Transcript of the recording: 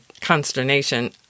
consternation